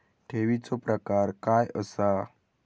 ठेवीचो प्रकार काय असा?